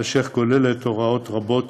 אשר כוללת הוראות רבות